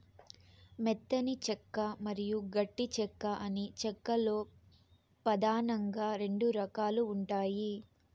మెత్తని చెక్క మరియు గట్టి చెక్క అని చెక్క లో పదానంగా రెండు రకాలు ఉంటాయి